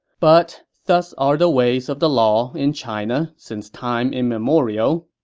but thus are the ways of the law in china since time immemorial.